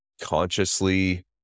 consciously